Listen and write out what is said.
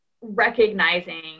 recognizing